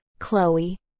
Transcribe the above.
Chloe